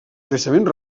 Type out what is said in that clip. creixement